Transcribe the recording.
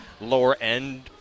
lower-end